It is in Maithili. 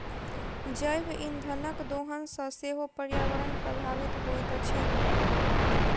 जैव इंधनक दोहन सॅ सेहो पर्यावरण प्रभावित होइत अछि